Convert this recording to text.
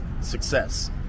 success